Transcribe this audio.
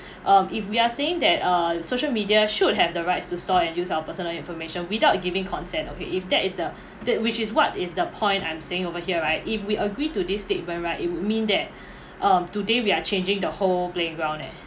um if we are saying that uh social media should have the rights to store and use our personal information without giving consent okay if that is the which is what is the point I'm saying over here right if we agree to this statement right it would mean that um today we are changing the whole playground eh